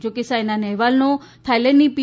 જોકે સાઇના નેહવાલનો થાઈલેન્ડની પી